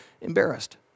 embarrassed